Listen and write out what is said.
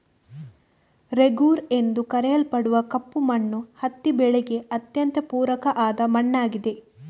ರೇಗೂರ್ ಎಂದು ಕರೆಯಲ್ಪಡುವ ಕಪ್ಪು ಮಣ್ಣು ಹತ್ತಿ ಬೆಳೆಗೆ ಅತ್ಯಂತ ಪೂರಕ ಆದ ಮಣ್ಣಾಗಿದೆ